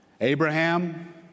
Abraham